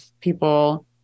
people